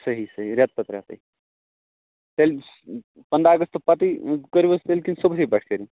صحیح صحیح رٮ۪تہٕ پَتہٕ رٮ۪تٕے تیٚلہِ پَنٛداہ اَگستہٕ پَتٕے کٔرِو حظ تیٚلہِ کِنہٕ صُبحٲے پٮ۪ٹھٕ کٔرِو